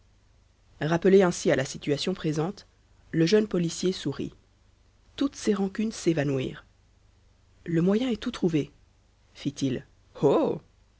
rappelé ainsi à la situation présente le jeune policier sourit toutes ses rancunes s'évanouirent le moyen est tout trouvé fit-il oh